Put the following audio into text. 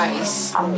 ice